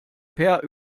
peer